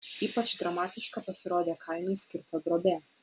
ypač dramatiška pasirodė kainui skirta drobė